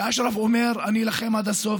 ואשרף אומר: אני אלחם עד הסוף.